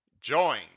Join